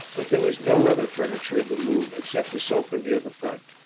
but there was no other furniture in the room except a sofa near the front.